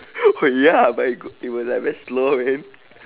oh ya but it g~ it would like very slow leh